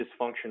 dysfunction